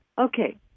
Okay